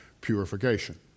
purification